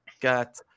got